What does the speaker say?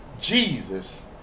Jesus